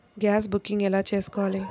Gas booking ఎలా చేసుకోవాలి?